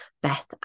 Beth